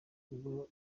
ubwo